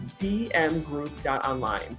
dmgroup.online